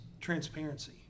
transparency